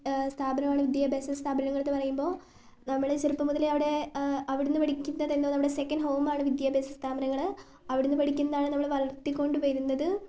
സ്ഥാപനമാണ് വിദ്യാഭ്യാസ സ്ഥാപനങ്ങൾ എന്നു പറയുമ്പോൾ നമ്മൾ ചെറുപ്പം മുതലേ അവിടെ അവിടെനിന്ന് പഠിക്കുന്നതെന്നൊ നമ്മുടെ സെക്കന്റ് ഹോമാണ് വിദ്യാഭ്യാസ സ്ഥാപനങ്ങൾ അവിടെനിന്ന് പഠിക്കുന്നതാണ് നമ്മൾ വളർത്തിക്കൊണ്ടു വരുന്നത്